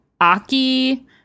Aki